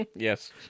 yes